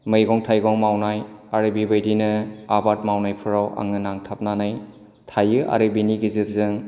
मैगं थाइगं मावनाय आरो बेबायदिनो आबाद मावनायफोराव आङो नांथाबनानै थायो आरो बेनि गेजेरजों